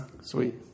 Sweet